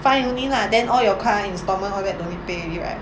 fine only lah then all your car installment all that don't need to pay already right